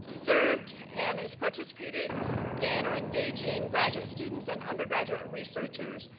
served and is participated in or engaging graduate students and undergraduate researchers.